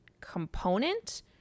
component